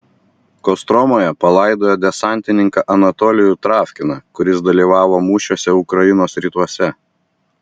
kostromoje palaidojo desantininką anatolijų travkiną kuris dalyvavo mūšiuose ukrainos rytuose